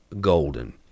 golden